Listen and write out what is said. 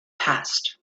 passed